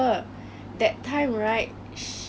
我道你知道她的名字的